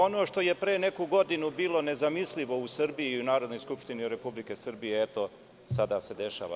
Ono što je pre neku godinu bilo nezamislivo u Srbiji i u Narodnoj skupštini Republike Srbije, eto sada se dešava.